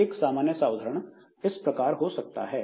एक सामान्य सा उदाहरण इस प्रकार हो सकता है